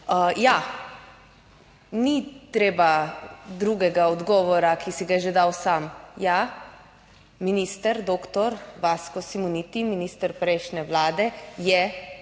Ja, ni treba drugega odgovora, ki si ga je že dal sam. Ja, minister doktor Vasko Simoniti, minister prejšnje vlade, je